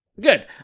Good